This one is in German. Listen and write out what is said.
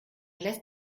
lässt